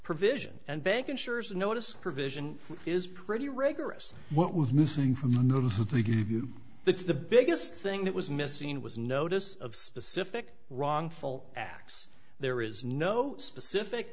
provision and bank ensures notice provision is pretty rigorous what was missing from the the biggest thing that was missing was notice of specific wrongful acts there is no specific